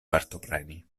partopreni